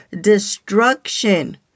destruction